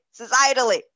societally